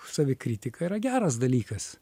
savikritika yra geras dalykas